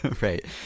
right